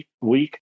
week